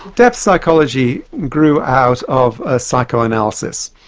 depth psychology grew out of ah psychoanalysis,